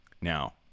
Now